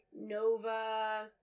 Nova